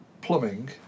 plumbing